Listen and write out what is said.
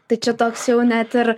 tai čia toks jau net ir